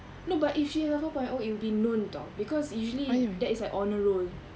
no but if she has a four point O it will be known [tau] because usually that is like honour roll